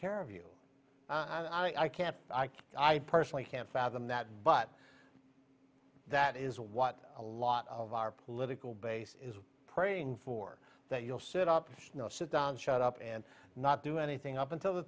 care of you i can't i personally can't fathom that but that is what a lot of our political base is praying for that you'll sit up and sit down and shut up and not do anything up until the